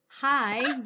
Hi